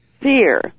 fear